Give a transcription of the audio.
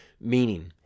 Meaning